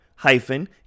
Hyphen